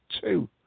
two